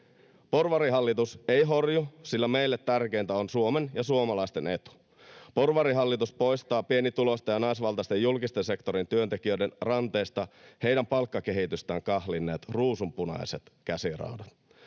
Porvarihallitus ei horju, sillä meille tärkeintä on Suomen ja suomalaisten etu. Porvarihallitus poistaa pienituloisten ja naisvaltaisten julkisten sektorien työntekijöiden ranteesta heidän palkkakehitystään kahlinneet ruusunpunaiset käsiraudat.